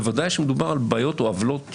בוודאי כאשר מדובר על בעיות או על עוולות